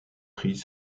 prix